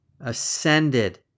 ascended